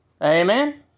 Amen